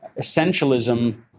essentialism